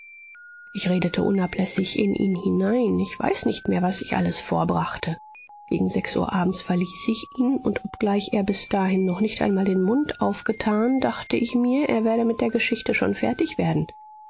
ich redete unablässig in ihn hinein ich weiß nicht mehr was ich alles vorbrachte gegen sechs uhr abends verließ ich ihn und obgleich er bis dahin noch nicht einmal den mund aufgetan dachte ich mir er werde mit der geschichte schon fertig werden